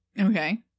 Okay